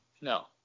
no